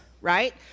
right